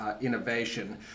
innovation